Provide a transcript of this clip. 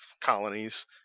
colonies